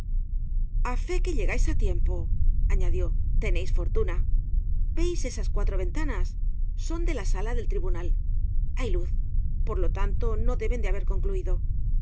a fé que llegais á tiempo añadió teneis fortuna veis esas cua tro ventanas son de la sala del tribunal hay luz por lo tanto no deben de haber concluido